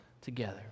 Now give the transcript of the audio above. together